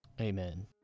Amen